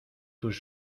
tus